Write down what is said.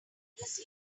this